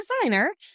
designer